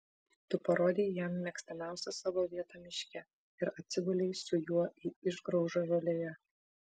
tu parodei jam mėgstamiausią savo vietą miške ir atsigulei su juo į išgraužą žolėje